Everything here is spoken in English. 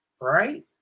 right